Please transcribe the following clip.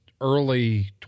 early